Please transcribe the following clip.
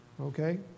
Okay